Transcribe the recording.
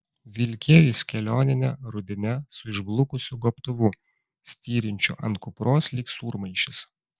vilkėjo jis kelionine rudine su išblukusiu gobtuvu styrinčiu ant kupros lyg sūrmaišis